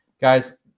guys